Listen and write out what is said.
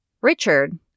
Richard